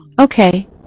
Okay